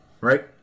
Right